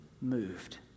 moved